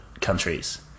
countries